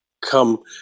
come